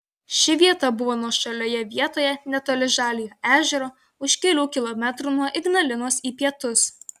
ši vieta buvo nuošalioje vietoje netoli žaliojo ežero už kelių kilometrų nuo ignalinos į pietus